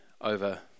over